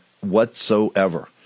whatsoever